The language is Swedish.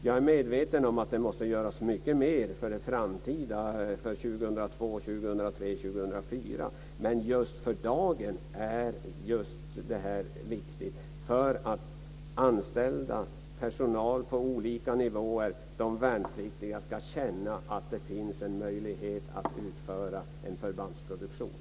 Jag är medveten om att det måste göras mycket mer för 2002-2004, men just för dagen är detta viktigt för att personal på olika nivåer och de värnpliktiga ska känna att det finns möjligheter att utföra en förbandsproduktion.